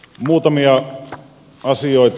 muutamia asioita